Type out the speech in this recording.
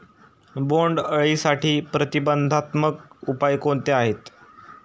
बोंडअळीसाठी प्रतिबंधात्मक उपाय कोणते आहेत?